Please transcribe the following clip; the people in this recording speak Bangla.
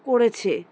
করেছে